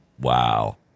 wow